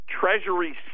Treasury